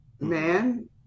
man